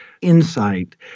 insight